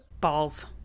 Balls